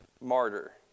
martyr